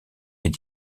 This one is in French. est